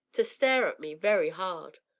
to stare at me very hard.